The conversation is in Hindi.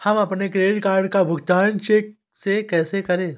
हम अपने क्रेडिट कार्ड का भुगतान चेक से कैसे करें?